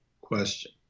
question